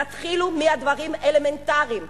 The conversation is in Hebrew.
תתחילו מהדברים האלמנטריים.